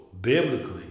Biblically